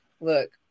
look